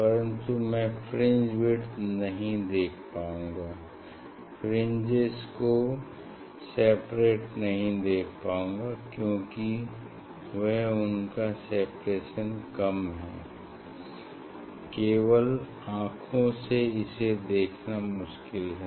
परन्तु मैं fringe width नहीं देख पाऊंगा फ्रिंजेस को सेपरेट नहीं देख पाउँगा क्यूंकि वहाँ इनका सेपरेशन कम है केवल आँखों से इसे देखना मुश्किल है